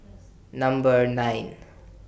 Number nine